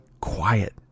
quiet